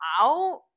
out